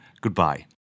goodbye